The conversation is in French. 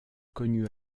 connu